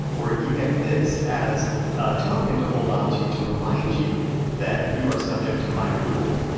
or you get this as a token to hold on to to remind you that you are subject to my rule.